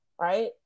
right